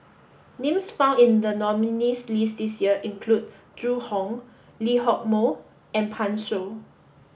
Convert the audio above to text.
names found in the nominees' list this year include Zhu Hong Lee Hock Moh and Pan Shou